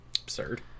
Absurd